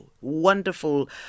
wonderful